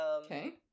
Okay